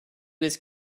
was